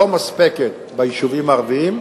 אך לא מספקת ביישובים הערביים,